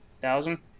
thousand